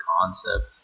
concept